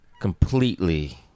completely